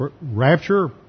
Rapture